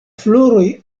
floroj